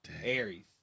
Aries